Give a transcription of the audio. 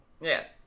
yes